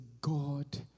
God